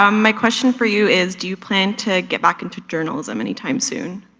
um my question for you is, do you plan to get back into journalism any time soon?